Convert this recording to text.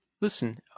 listen